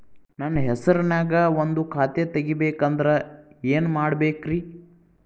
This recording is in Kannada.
ನನ್ನ ಹೆಸರನ್ಯಾಗ ಒಂದು ಖಾತೆ ತೆಗಿಬೇಕ ಅಂದ್ರ ಏನ್ ಮಾಡಬೇಕ್ರಿ?